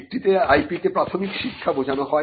একটিতে IP তে প্রাথমিক শিক্ষা বোঝান হয়